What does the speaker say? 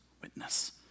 witness